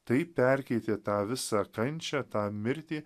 taip perkeitė tą visą kančią tą mirtį